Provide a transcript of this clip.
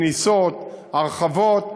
כניסות הרחבות,